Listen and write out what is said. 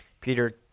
Peter